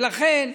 ולכן,